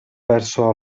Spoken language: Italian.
verso